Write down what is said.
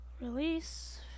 Release